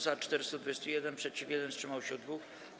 Za - 421, przeciw - 1, wstrzymało się 2.